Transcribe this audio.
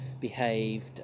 behaved